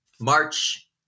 March